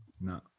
No